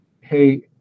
hey